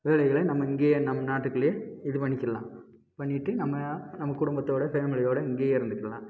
வேலைகளை நம்ம இங்கேயே நம்ம நாட்டுக்குள்ளே இது பண்ணிக்கலாம் பண்ணிவிட்டு நம்ம நம்ம குடும்பத்தோடு ஃபேமிலியோடு இங்கேயே இருந்துக்கலாம்